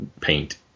paint